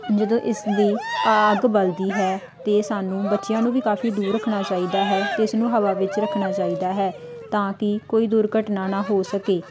ਜਦੋਂ ਇਸ ਦੀ ਆਗ ਬਲਦੀ ਹੈ ਤਾਂ ਸਾਨੂੰ ਬੱਚਿਆਂ ਨੂੰ ਵੀ ਕਾਫ਼ੀ ਦੂਰ ਰੱਖਣਾ ਚਾਹੀਦਾ ਹੈ ਅਤੇ ਇਸ ਨੂੰ ਹਵਾ ਵਿੱਚ ਰੱਖਣਾ ਚਾਹੀਦਾ ਹੈ ਤਾਂ ਕਿ ਕੋਈ ਦੁਰਘਟਨਾ ਨਾ ਹੋ ਸਕੇ